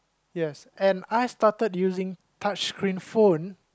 yes and I started using touch screen phone